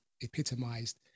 epitomized